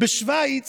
בשווייץ